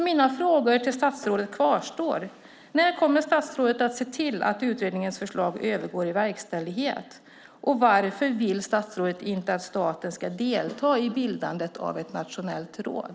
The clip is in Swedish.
Mina frågor till statsrådet kvarstår. När kommer statsrådet att se till att utredningens förslag övergår i verkställighet? Varför vill inte statsrådet att staten ska delta i bildandet av ett nationellt råd?